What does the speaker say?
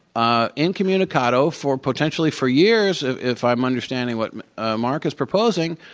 ah incommunicado for potentially for years, if if i'm understanding what marc is proposing,